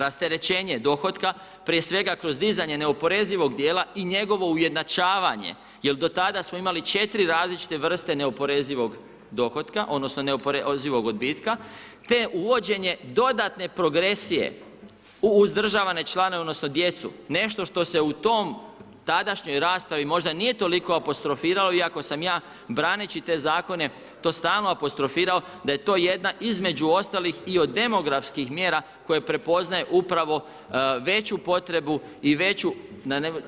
Rasterećenje dohotka prije svega kroz dizanje neoporezivog djela i njegovo ujednačavanje jer do tad smo imali 4 različite vrste neoporezivog dohotka odnosno neoporezivog odbitka ne uvođenje dodatne progresija uz uzdržavane članove odnosno djecu, nešto što se u tom, tadašnjoj raspravi možda nije toliko apostrofiralo iako sam ja braneći te zakone, to stalno apostrofirao da je to jedna između ostalih i od demografskih mjera koje prepoznaju upravo veću potrebu i veću,